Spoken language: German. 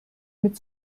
mit